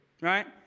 right